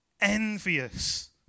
envious